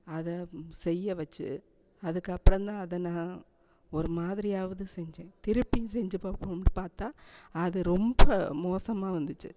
அதை செய்ய வெச்சு அதுக்கப்புறந்தான் அதை நான் ஒரு மாதிரியாவது செஞ்சேன் திருப்பியும் செஞ்சு பார்ப்போன்னு பார்த்தா அது ரொம்ப மோசமாக வந்துச்சு